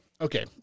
okay